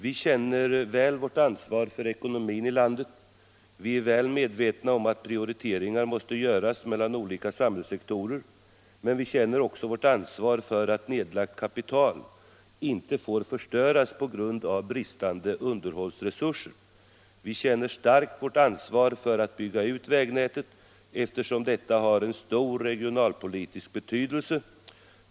Vi känner vårt ansvar för ekonomin i landet väl, vi är väl medvetna om att prioriteringar måste göras mellan olika samhällssektorer — men vi känner också vårt ansvar för att nedlagt kapital inte får förstöras på grund av bristande underhållsresurser. Vi känner starkt vårt ansvar för att bygga ut vägnätet eftersom detta har stor regionalpolitisk betydelse.